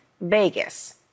Vegas